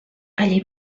allí